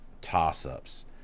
toss-ups